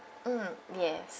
mm yes